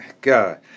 God